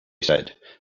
said